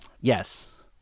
Yes